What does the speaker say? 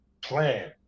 plan